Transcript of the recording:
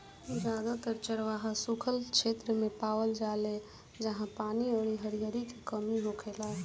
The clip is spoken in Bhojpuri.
जादातर चरवाह सुखल क्षेत्र मे पावल जाले जाहा पानी अउरी हरिहरी के कमी होखेला